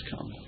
come